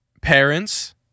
parents